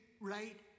right